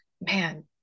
man